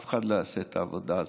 אף אחד לא יעשה את העבודה הזאת,